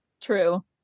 true